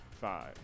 five